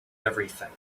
everything